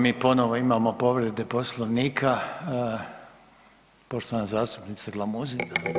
Mi ponovo imamo povrede Poslovnika, poštovana zastupnica Glamuzina.